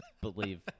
believe